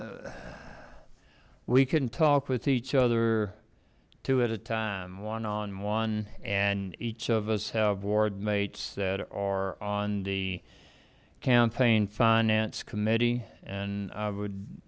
areas we can talk with each other two at a time one on one and each of us have ward mates that are on the campaign finance committee and i would